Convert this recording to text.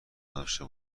نذاشته